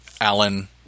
Alan